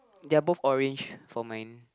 they're both orange for mine